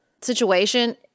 situation